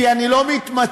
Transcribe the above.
כי אני לא מתמצא,